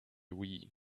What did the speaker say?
wii